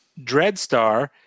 Dreadstar